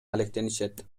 алектенишет